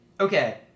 okay